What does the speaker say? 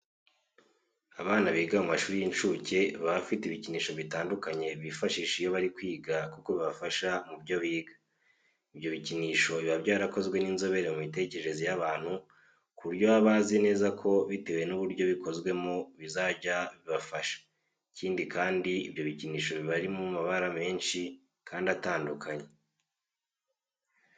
Abana biga mu mashuri y'uncuke baba bafite ibikinisho bitandukanye bifashisha iyo bari kwiga kuko bibafasha mu byo biga. Ibyo bikinisho biba byarakozwe n'inzobere mu mitekerereze y'abantu ku buryo baba bazi neza ko bitewe n'uburyo bikozwemo bizajya bibafasha. Ikindi kandi ibyo bikinisho biba bari mu mabara menshi kandi atandukanye.